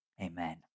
Amen